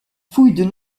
fouille